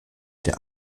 der